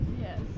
Yes